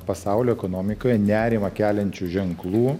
pasaulio ekonomikoj nerimą keliančių ženklų